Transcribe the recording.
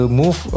move